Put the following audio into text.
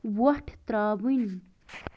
وۄٹھ ترٛاوٕنۍ